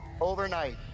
overnight